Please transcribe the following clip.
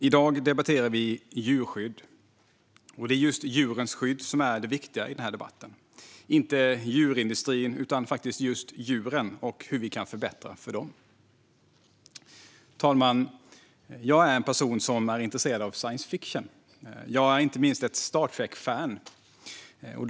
I dag debatterar vi djurskydd, och det är just djurens skydd som är det viktiga i den här debatten - inte djurindustrin utan just djuren och hur vi kan förbättra för dem. Fru talman! Jag är en person som är intresserad av science fiction. Jag är inte minst ett Star Trek-fan.